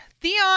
Theon